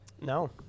no